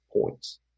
points